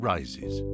Rises